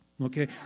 Okay